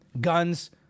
guns